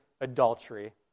adultery